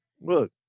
Look